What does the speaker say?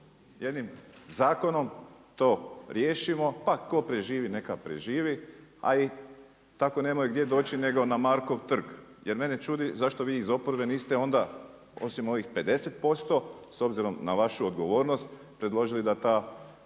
jednim zakonom to riješimo pa tko preživi neka preživi a i tako nemaju gdje doći nego na Markov trg. Jer mene čudi zašto vi iz oporbe niste onda osim ovih 50% s obzirom na vašu odgovornost predložili da ta